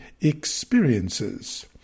experiences